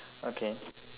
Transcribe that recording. okay